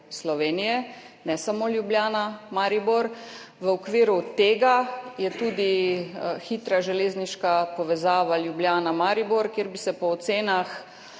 Slovenije, ne samo Ljubljana–Maribor. V okviru tega je tudi hitra železniška povezava Ljubljana–Maribor, kjer bi se po ocenah